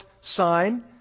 sign